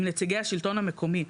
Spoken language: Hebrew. עם נציגי השלטון המקומי.